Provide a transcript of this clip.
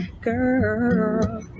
girl